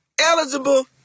eligible